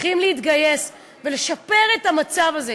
צריכים להתגייס ולשפר את המצב הזה,